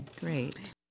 Great